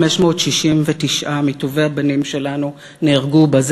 2,569 מטובי הבנים שלנו נהרגו בה.